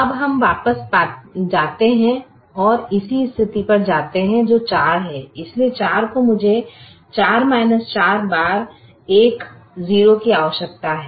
अब हम वापस जाते हैं और इसी स्थिति पर जाते हैं जो 4 है इसलिए 4 को मुझे 4 4 बार 1 0 की आवश्यकता है